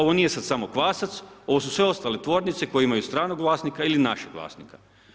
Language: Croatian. Ovo nije sad samo „Kvasac“ ovo su sve ostale tvornice koje imaju stranog vlasnika ili našeg vlasnika.